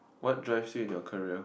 what drives you in your career